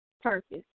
Purpose